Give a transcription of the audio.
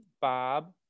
Bob